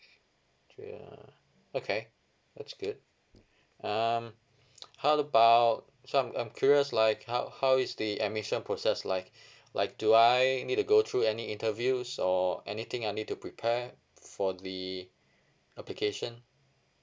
three uh okay that's good um how about so I'm I'm curious like how how is the admission process like like do I need to go through any interviews or anything I need to prepare for the application